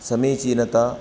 समीचीनता